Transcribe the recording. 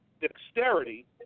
dexterity